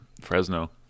fresno